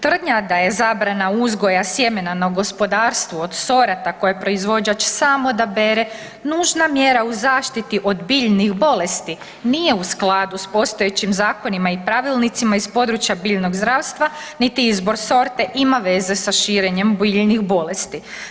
Tvrdnja da je zabrana uzgoja sjemena na gospodarstvu od sorata koje proizvođač sam odabere, nužna mjera u zaštiti od biljnih bolesti, nije u skladu s postojećim zakonima i pravilnicima iz područja biljnog zdravstva niti izbor sorte, ima veze sa širenjem biljnih bolesti.